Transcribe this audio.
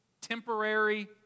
temporary